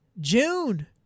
June